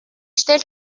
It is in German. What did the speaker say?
stellt